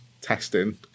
testing